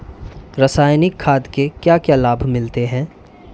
रसायनिक खाद के क्या क्या लाभ मिलते हैं?